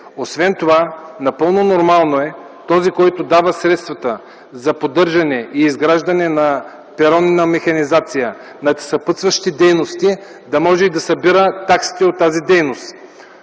Освен това, напълно нормално е този, който дава средствата за поддържане и изграждане на перонна механизация за съпътстващите дейности да може да събира таксите от тази дейност.